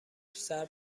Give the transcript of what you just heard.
صبر